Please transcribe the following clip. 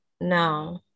no